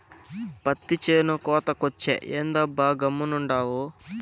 పత్తి చేను కోతకొచ్చే, ఏందబ్బా గమ్మునుండావు